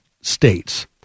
states